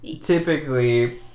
Typically